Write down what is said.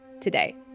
today